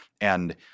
And-